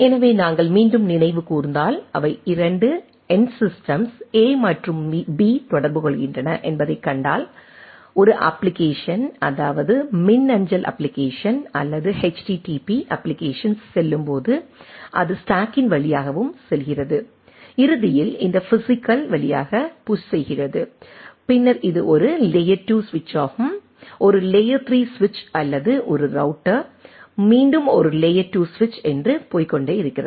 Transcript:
எனவே நீங்கள் மீண்டும் நினைவு கூர்ந்தால் அவை 2 எண்டு சிஸ்டம்ஸ் a மற்றும் b தொடர்புகொள்கின்றன என்பதைக் கண்டால் ஒரு அப்ப்ளிகேஷன் அதாவது மின்னஞ்சல் அப்ப்ளிகேஷன் அல்லது HTTP அப்ப்ளிகேஷன்ஸ் செல்லும்போது அது ஸ்டாக்கின் வழியாகவும் செல்கிறது இறுதியாக இந்த பிஸிக்கல் வழியாகத் புஷ் செய்கிறது பின்னர் இது ஒரு லேயர் 2 சுவிட்ச் ஆகும் ஒரு லேயர் 3 சுவிட்ச் அல்லது ஒரு ரௌட்டர் மீண்டும் ஒரு லேயர் 2 சுவிட்ச் என்று போய்க் கொண்டே இருக்கிறது